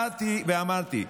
באתי ואמרתי: